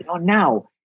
now